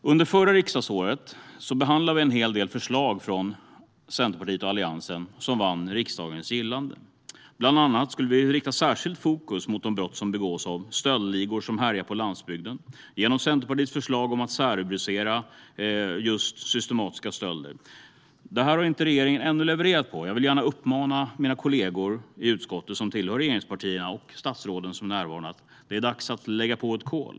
Under förra riksdagsåret behandlade vi en del förslag från Centerpartiet och Alliansen som vann riksdagens gillande. Genom Centerpartiets förslag att särrubricera systematiska stölder skulle särskilt fokus riktas mot brott som begås av stöldligor som härjar på landsbygden. Här har regeringen ännu inte levererat, och jag vill uppmana mina utskottskollegor från regeringspartierna och närvarande statsråd att lägga på ett kol.